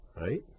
right